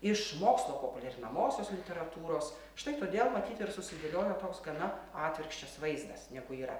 iš mokslo populiarinamosios literatūros štai todėl matyt ir susidėliojo toks gana atvirkščias vaizdas negu yra